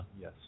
Yes